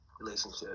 relationship